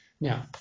Now